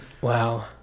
Wow